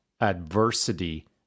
adversity